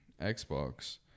Xbox